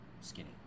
skinny